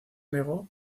negó